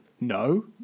No